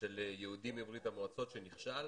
של יהודים מברית המועצות, שנכשל.